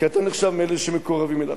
כי אתה נחשב לאחד מאלה שמקורבים אליו.